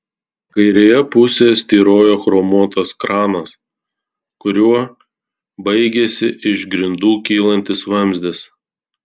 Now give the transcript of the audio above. kairėje pusėje styrojo chromuotas kranas kuriuo baigėsi iš grindų kylantis vamzdis